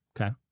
okay